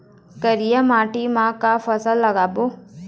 करिया माटी म का फसल लगाबो?